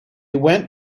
went